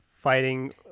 fighting